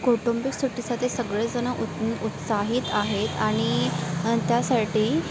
कौटुंबिक सुट्टीसाठी सगळेजण उत्साहीत आहेत आणि त्यासाठी